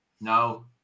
no